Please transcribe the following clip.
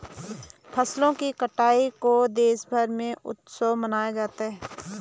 फसलों की कटाई का देशभर में उत्सव मनाया जाता है